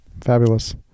Fabulous